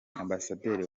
ambasaderi